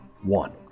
one